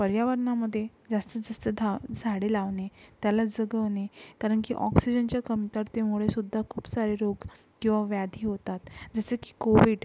पर्यावरणामध्ये जास्तीत जास्त दहा झाडे लावणे त्याला जगवणे कारण की ऑक्सिजनच्या कमतरतेमुळेसुद्धा खूप सारे रोग किंवा व्याधी होतात जसं की कोविड